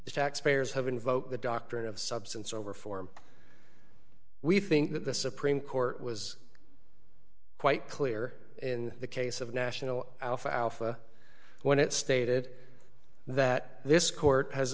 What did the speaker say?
the taxpayers have invoked the doctrine of substance over form we think that the supreme court was quite clear in the case of national alfalfa when it stated that this court has